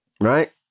Right